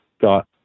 got